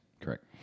Correct